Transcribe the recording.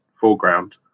foreground